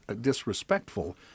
disrespectful